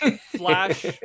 flash